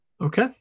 okay